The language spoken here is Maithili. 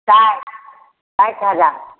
साठि साठि हजार